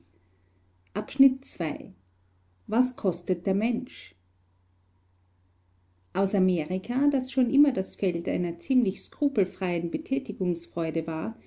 was kostet der mensch aus amerika das schon immer das feld einer ziemlich skrupelfreien betätigungsfreude war